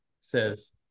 says